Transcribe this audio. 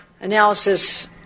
analysis